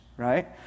right